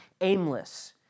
aimless